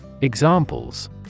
Examples